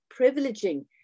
privileging